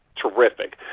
Terrific